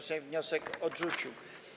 Sejm wniosek odrzucił.